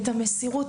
את המסירות.